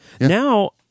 Now